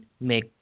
make